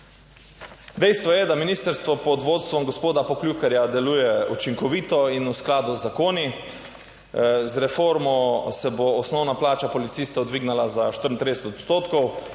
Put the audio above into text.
Dejstvo je, da ministrstvo pod vodstvom gospoda Poklukarja deluje učinkovito in v skladu z zakoni. Z reformo se bo osnovna plača policistov dvignila za 34 odstotkov,